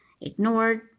ignored